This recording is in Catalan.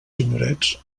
senyorets